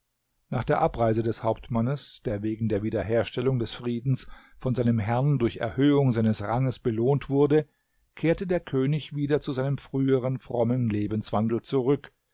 nach der abreise des hauptmannes der wegen der wiederherstellung des friedens von seinem herrn durch erhöhung seines ranges belohnt wurde kehrte der könig wieder zu seinem früheren frommen lebenswandel zurück